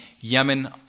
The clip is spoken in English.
Yemen